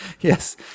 Yes